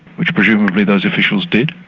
which presumably those officials did,